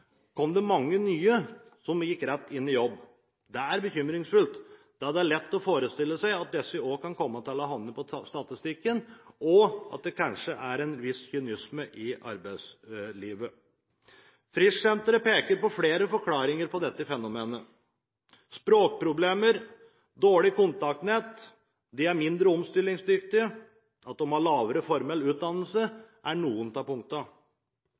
kom det mange nye, som gikk rett ut i jobb. Det er bekymringsfullt, da det er lett å forestille seg at også disse kan komme til å havne på statistikken, og at det kanskje er en viss kynisme i arbeidslivet. Frischsenteret peker på flere forklaringer på dette fenomenet. Språkproblemer, dårlig kontaktnett, at de er mindre omstillingsdyktige, og at de har lavere formell utdannelse, er noen av